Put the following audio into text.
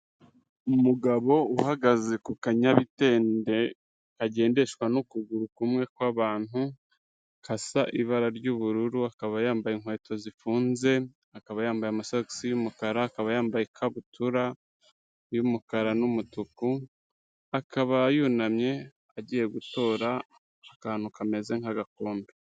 Umugabo uhagaze ku kanyabitende, kagendeshwa n'ukuguru kumwe kw'abantu, kasa ibara ry'ubururu, akaba yambaye inkweto zifunze, akaba yambaye amasogisi y'umukara, akaba yambaye ikabutura y'umukara n'umutuku, akaba yunamye agiye gutora akantu kameze nk'agakombe.